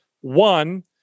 One